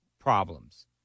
problems